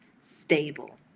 stable